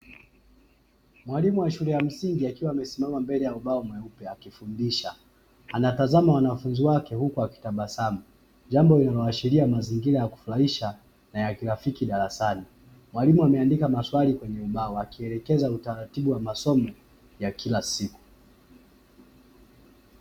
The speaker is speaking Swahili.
Mwalimu wa shule ya msingi akiwa amesimama mbele ya ubao mweupe akifundisha, anatazama wanafunzi wake huku akitabasamu, jambo linaloashiria mazingira ya kufurahisha na ya kirafiki darasani. Mwalimu ameandika maswali kwenye ubao akielekeza utaratibu wa masomo ya kila siku.